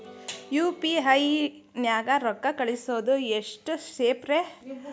UPI ನ್ಯಾಗ ರೊಕ್ಕ ಕಳಿಸೋದು ಎಷ್ಟ ಸೇಫ್ ರೇ?